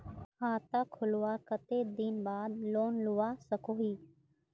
खाता खोलवार कते दिन बाद लोन लुबा सकोहो ही?